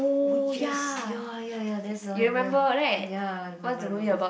oh yes ya ya ya that's the one ya ya I remember I remember